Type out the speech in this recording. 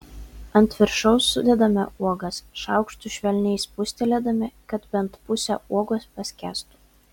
ant viršaus sudedame uogas šaukštu švelniai spustelėdami kad bent pusė uogos paskęstų